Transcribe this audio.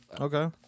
Okay